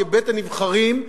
כבית-הנבחרים,